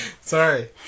Sorry